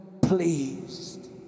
pleased